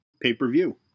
pay-per-view